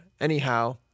Anyhow